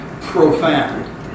profound